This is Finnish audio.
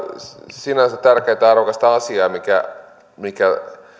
sinänsä tärkeätä ja arvokasta asiaa mikä mikä